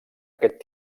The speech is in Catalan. aquest